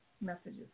messages